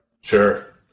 Sure